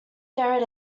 there